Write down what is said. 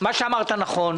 מה שאמרת נכון.